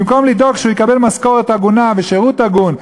במקום לדאוג שהוא יקבל משכורת הגונה ושירות הגון,